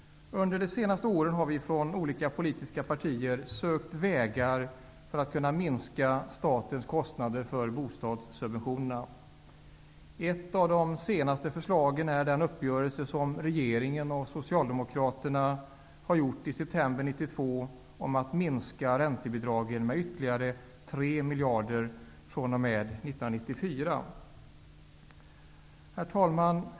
Under de senaste åren har vi från olika politiska partier sökt vägar för att kunna minska statens kostnader för bostadssubventionerna. Ett av de senaste försöken är den uppgörelse som regeringen och Socialdemokraterna träffade i september 1992 Herr talman!